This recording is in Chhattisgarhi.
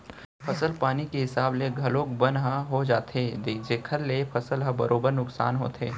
फसल पानी के हिसाब ले घलौक बन ह हो जाथे जेकर ले फसल ह बरोबर नुकसान होथे